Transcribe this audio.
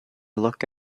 look